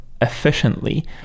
efficiently